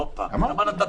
אמרתי.